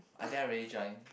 I think I already join